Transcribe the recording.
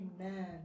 Amen